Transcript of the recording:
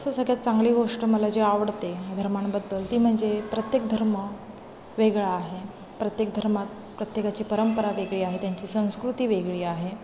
असं सगळ्यात चांगली गोष्ट मला जे आवडते धर्मांबद्दल ती म्हणजे प्रत्येक धर्म वेगळा आहे प्रत्येक धर्मात प्रत्येकाची परंपरा वेगळी आहे त्यांची संस्कृती वेगळी आहे